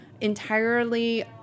entirely